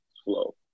flow